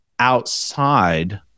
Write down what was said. Outside